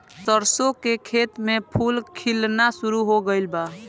सरसों के खेत में फूल खिलना शुरू हो गइल बा